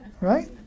Right